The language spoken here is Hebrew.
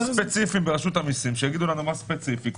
שיגידו לנו מה ספציפי.